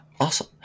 Awesome